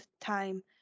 time